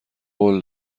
قول